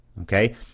Okay